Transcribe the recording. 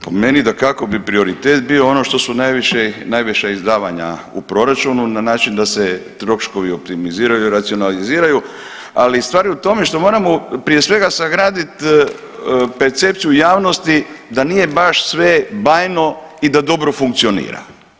Po meni dakako bi prioritet bio ono što su najviše, najviša izdavanja u proračunu na način da se troškovi optimiziraju i racionaliziraju, ali stvar je u tome što moramo prije svega sagradit percepciju javnosti da nije baš sve bajno i da dobro funkcionira.